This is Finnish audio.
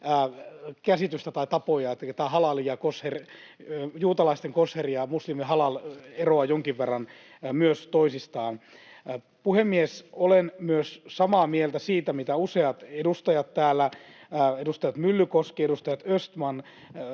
käsitystä tai tapoja: juutalaisten kosher ja muslimien halal eroavat jonkin verran toisistaan. Puhemies! Olen myös samaa mieltä kuin useat edustajat täällä — edustaja Myllykoski, edustaja Östman,